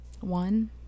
one